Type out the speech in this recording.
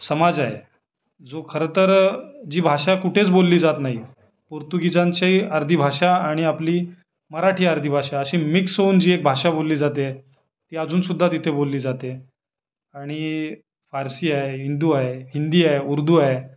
समाज आहे जो खरं तर जी भाषा कुठेच बोलली जात नाही पोर्तुगीजांची अर्धी भाषा आणि आपली मराठी अर्धी भाषा अशी मिक्स होऊन जी एक भाषा बोलली जाते ती अजूनसुद्धा तिथे बोलली जाते आणि पारसी आहे हिंदू आहे हिंदी आहे उर्दू आहे